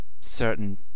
certain